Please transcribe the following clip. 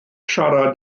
siarad